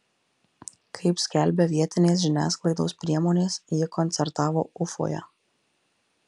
kaip skelbia vietinės žiniasklaidos priemonės ji koncertavo ufoje